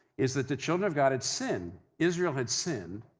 is that the children of god had sinned, israel had sinned,